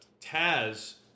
Taz